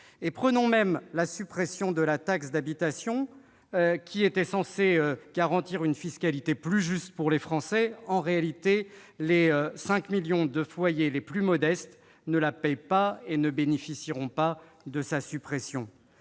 Prenons même la suppression de la taxe d'habitation, qui était censée garantir une fiscalité plus juste pour les Français : en réalité, les 5 millions de foyers les plus modestes, qui ne la payaient pas, ne bénéficieront donc pas de sa suppression.